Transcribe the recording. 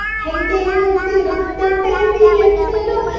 hey diddle diddle! the baby and fiddle!